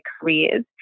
careers